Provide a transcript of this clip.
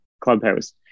Clubhouse